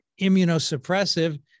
immunosuppressive